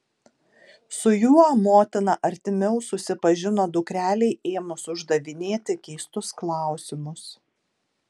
su juo motina artimiau susipažino dukrelei ėmus uždavinėti keistus klausimus